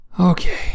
Okay